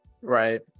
Right